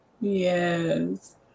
yes